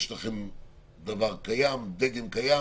יש לכם דבר קיים, דגם קיים,